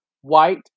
white